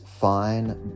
fine